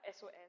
SOS